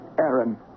Aaron